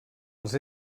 els